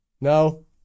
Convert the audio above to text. No